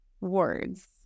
words